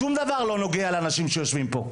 שום דבר לא נוגע לאנשים שיושבים פה,